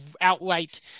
outright